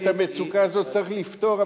ואת המצוקה הזאת צריך לפתור,